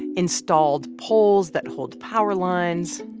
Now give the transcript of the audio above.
installed poles that hold power lines.